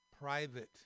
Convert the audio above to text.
private